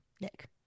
Nick